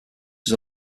was